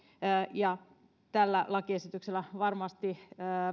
ja tällä lakiesityksellä varmasti